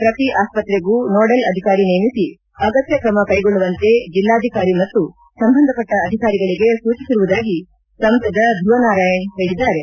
ಪ್ರತಿ ಆಸ್ಪತ್ರೆಗೂ ನೋಡೆಲ್ ಅಧಿಕಾರಿ ನೇಮಿಸಿ ಅಗತ್ಯ ಕ್ರಮ ಕೈಗೊಳ್ಳುವಂತೆ ಜಿಲ್ಲಾಧಿಕಾರಿ ಮತ್ತು ಸಂಬಂಧಪಟ್ಟ ಅಧಿಕಾರಿಗಳಿಗೆ ಸೂಚಿಸಿರುವುದಾಗಿ ಸಂಸದ ಧುವನಾರಾಯಣ್ ಹೇಳಿದ್ದಾರೆ